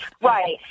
Right